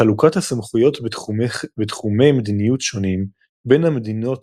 חלוקת הסמכויות בתחומי מדיניות שונים בין המדינות